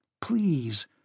Please